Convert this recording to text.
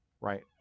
right